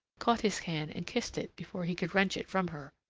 caught his hand and kissed it before he could wrench it from her.